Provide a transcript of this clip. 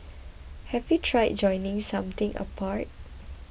have you tried joining something apart